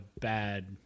bad